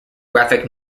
graphic